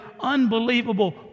unbelievable